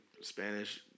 Spanish